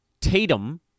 Tatum